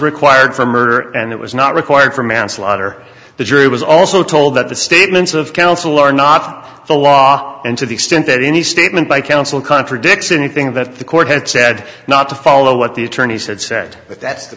required for murder and it was not required for manslaughter the jury was also told that the statements of counsel are not so long and to the extent that any statement by counsel contradicts anything that the court had said not to follow what the attorney said said that that's the